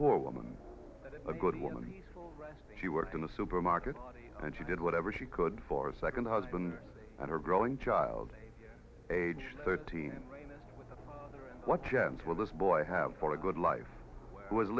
poor woman a good woman she worked in the supermarket and she did whatever she could for a second husband and her growing child age thirteen what gentle this boy have for a good life was